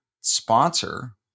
sponsor